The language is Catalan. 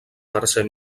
tercer